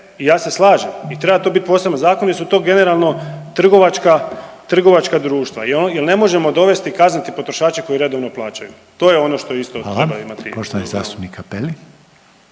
i ja se slažem. I treba to biti poseban zakon jer su to generalno trgovačka, trgovačka društva jer ne možemo dovesti kazniti potrošače koji redovno plaćanju. To je ono što isto treba imati